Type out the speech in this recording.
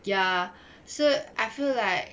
ya so I feel like